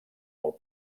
molt